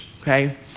okay